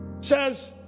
says